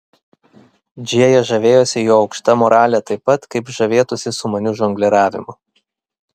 džėja žavėjosi jo aukšta morale taip pat kaip žavėtųsi sumaniu žongliravimu